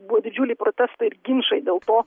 buvo didžiuliai protestai ir ginčai dėl to